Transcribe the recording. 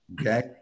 Okay